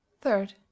third